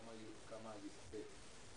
כמה יוקצה.